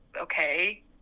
okay